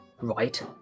right